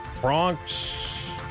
Bronx